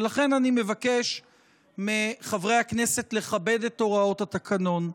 ולכן אני מבקש מחברי הכנסת לכבד את הוראות התקנון,